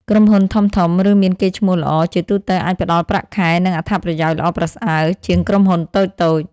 ក្រុមហ៊ុនធំៗ ឬមានកេរ្តិ៍ឈ្មោះល្អ ជាទូទៅអាចផ្តល់ប្រាក់ខែ និងអត្ថប្រយោជន៍ល្អប្រសើរជាងក្រុមហ៊ុនតូចៗ។